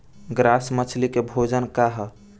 Grass मछली के भोजन का ह?